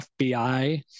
FBI